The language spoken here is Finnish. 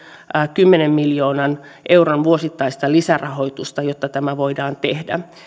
kymmenen miljoonan euron vuosittaista lisärahoitusta jotta tämä voidaan tehdä